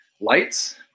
lights